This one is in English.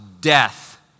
death